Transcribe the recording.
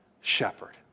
shepherd